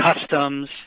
customs